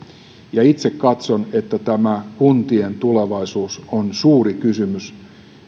ja itse katson että kuntien tulevaisuus on suuri kysymys